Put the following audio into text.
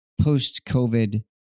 post-COVID